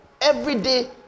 everyday